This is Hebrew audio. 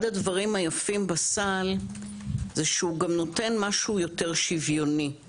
אחד הדברים היפים בסל זה שהוא גם נותן משהו יותר שוויוני.